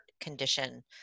condition